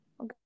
Okay